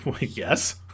yes